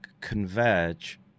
converge